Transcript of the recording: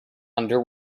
under